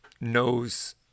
knows